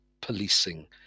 policing